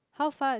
how fast